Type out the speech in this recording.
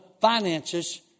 finances